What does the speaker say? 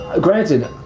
granted